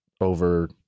over